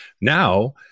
now